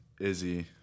Izzy